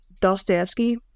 Dostoevsky